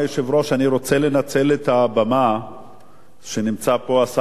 אני רוצה לנצל את הבמה כשנמצא פה השר בגין